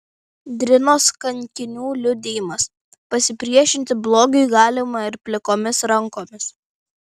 drinos kankinių liudijimas pasipriešinti blogiui galima ir plikomis rankomis